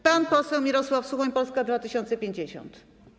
Pan poseł Mirosław Suchoń, Polska 2050.